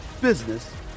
business